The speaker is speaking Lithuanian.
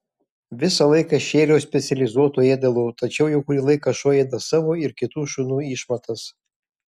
visą laiką šėriau specializuotu ėdalu tačiau jau kurį laiką šuo ėda savo ir kitų šunų išmatas